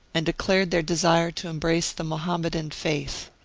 and declared their desire to embrace the mohammedan faith.